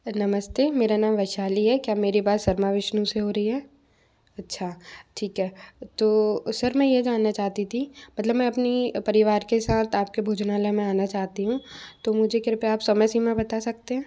नमस्ते मेरा नाम वैशाली है क्या मेरी बात शर्मा विष्णु से हो रही है अच्छा ठीक है तो सर मैं ये जानना चाहती थी मतलब मैं अपनी परिवार के साथ आपके भोजनालय में आना चाहती हूँ तो मुझे कृपया आप समय सीमा बता सकते हैं